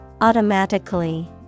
Automatically